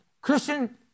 Christian